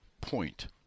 point